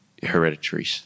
hereditary